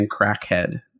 crackhead